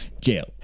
Jail